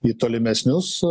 į tolimesnius